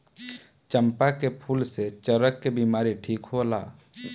चंपा के फूल से चरक के बिमारी ठीक होला